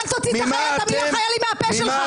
אל תוציא חיילים מהפה שלך.